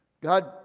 God